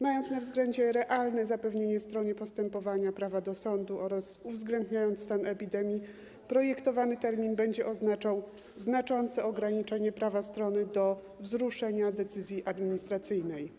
Mając na względzie realne zapewnienie stronie postępowania prawa do sądu oraz uwzględniając stan epidemii, projektowany termin będzie oznaczał znaczące ograniczenie prawa strony do wzruszenia decyzji administracyjnej.